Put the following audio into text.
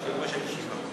יושב-ראש הישיבה.